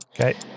Okay